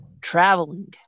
traveling